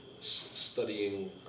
studying